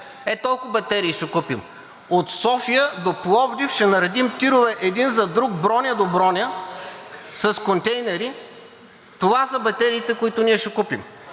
Ето толкова батерии ще купим. От София до Пловдив ще наредим тирове един зад друг, броня до броня, с контейнери. Това са батериите, които ние ще купим.